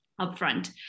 upfront